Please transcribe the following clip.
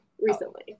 recently